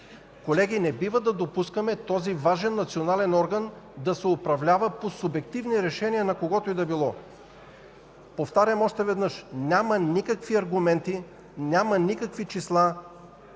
Колеги, не бива да допускаме този важен национален орган да се управлява по субективни решения на когото и да било. Повтарям още веднъж – няма никакви аргументи, няма никакви числа,